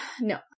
no